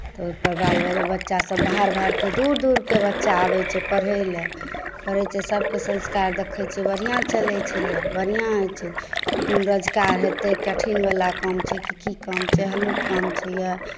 तऽ ओहिपर बाल बच्चासभ बाहर बाहरके दूर दूरके बच्चा आबैत छै पढ़य लेल पढ़ैत छै सभके संस्कार देखैत छियै बढ़िआँ चलैत छै यए बढ़िआँ होइत छै कोन रोजगार हेतै कठिनवला काम छै कि की काम छै हल्लुक काम छै यए